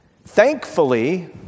thankfully